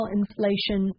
inflation